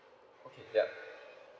okay yup